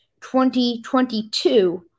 2022